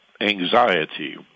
anxiety